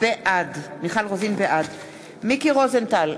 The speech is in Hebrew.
בעד מיקי רוזנטל,